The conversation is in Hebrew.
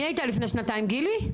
מי הייתה לפני שנתיים, גילי?